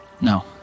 No